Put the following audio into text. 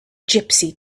gypsy